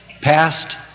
past